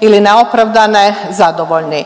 ili neopravdane, zadovoljni.